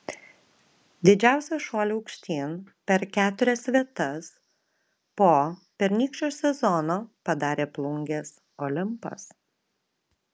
didžiausią šuolį aukštyn per keturias vietas po pernykščio sezono padarė plungės olimpas